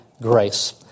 grace